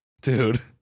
Dude